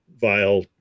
vile